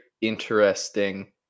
interesting